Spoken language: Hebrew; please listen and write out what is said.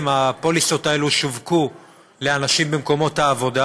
הפוליסות האלה שווקו לאנשים במקומות העבודה,